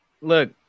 look